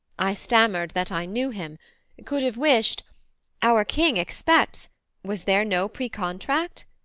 i stammered that i knew him could have wished our king expects was there no precontract?